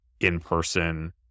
in-person